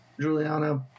Juliana